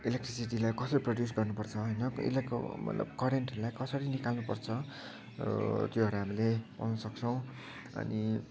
इलेक्ट्रिसिटीलाई कसरी प्रड्युस गर्न पर्छ होइन अहिलेको मतलब करेन्टहरूलाई कसरी निकाल्न पर्छ त्योहरू हामीले पउन सक्छौँ अनि